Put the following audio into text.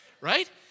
Right